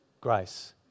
grace